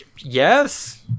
yes